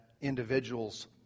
individuals